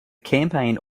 campaign